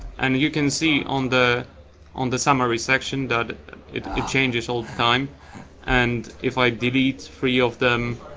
and you can see on the on the summary section that it changes all the time and if i delete three of them,